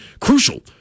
crucial